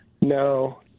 No